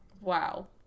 Wow